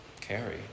carry